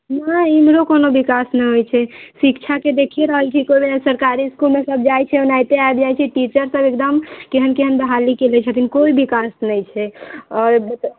नहि एम्हरो कोनो विकास नहि होइ छै शिक्षाके देखिए रहल छी कॉलेज सरकारी इसकुलमे सब जाइ छै ओनाहिते आबि जाइ छै टीचरसब एकदम केहन केहन बहाली केने छथिन कोइ भी विकास नहि छै आओर